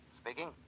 Speaking